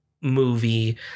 movie